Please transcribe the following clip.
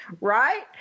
Right